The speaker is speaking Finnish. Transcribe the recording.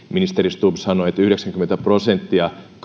ministeri stubb sanoi että yhdeksänkymmentä prosenttia